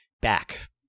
back